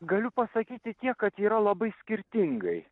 galiu pasakyti tiek kad yra labai skirtingai